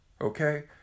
okay